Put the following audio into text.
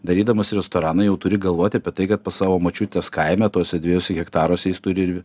darydamas restoraną jau turi galvoti apie tai kad pas savo močiutės kaime tuose dviejuose hektaruose jis turi